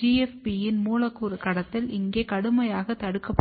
GFPயின் மூலக்கூறு கடத்தல் இங்கே கடுமையாக தடுக்கப்பட்டது